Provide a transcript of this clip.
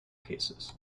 cases